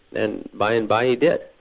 and by and by he did.